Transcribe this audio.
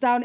Tämä on